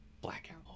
Blackout